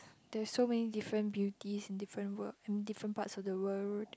there's so many different beauties in different world I mean different parts of the world